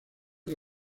que